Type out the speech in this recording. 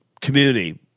community –